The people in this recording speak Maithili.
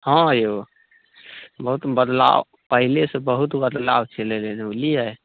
हँ यौ बहुत बदलाव अएलैए से बहुत बदलाव चलि अएलै हँ बुझलिए